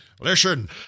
Listen